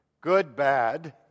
Good-bad